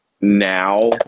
now